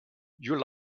you